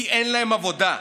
כי אין להם עבודה.